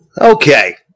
Okay